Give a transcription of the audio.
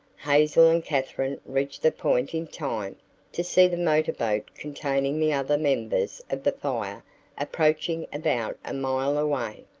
hazel and katherine reached the point in time to see the motorboat containing the other members of the fire approaching about a mile away.